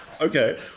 Okay